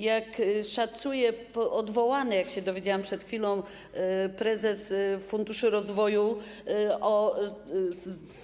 Jak szacuje odwołany, jak się dowiedziałam przed chwilą, prezes funduszu rozwoju,